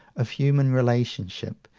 of human relationship,